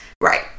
right